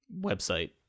website